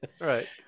Right